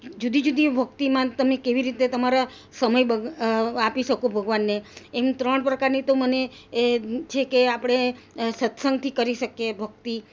જુદી જુદી ભક્તિમાં તમે કેવી રીતે તમારા સમય આપી શકો ભગવાનને એમ ત્રણ પ્રકારની તો મને એ છે કે આપણે એ સત્સંગથી કરી શકીએ ભક્તિ